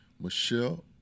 Michelle